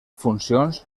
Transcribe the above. funcions